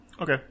Okay